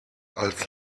als